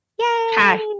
Hi